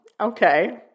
okay